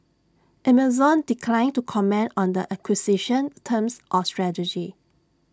Amazon declined to comment on the acquisition's terms or strategy